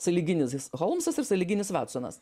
sąlyginis holmsas ir sąlyginis vatsonas